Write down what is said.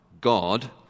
God